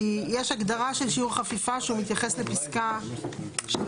כי יש הגדרה של שיעור חפיפה שהוא מתייחס לפסקה (3)